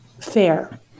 fair